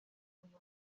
uyu